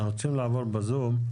אני רוצה להעלות בזום את